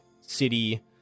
city